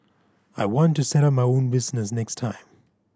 I want to set up my own business next time